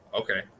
okay